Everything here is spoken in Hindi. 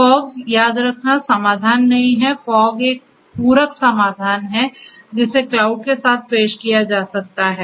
फॉग याद रखना समाधान नहीं है फॉग एक पूरक समाधान है जिसे क्लाउड के साथ पेश किया जा सकता है